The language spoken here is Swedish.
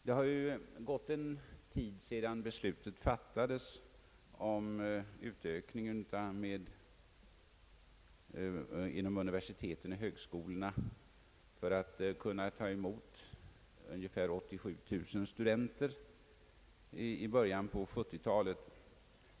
Det har gått en tid sedan beslutet fattades om en utveckling av våra universitet och högskolor så att de skall kunna ta emot ungefär 87000 studenter i början på 1970-talet.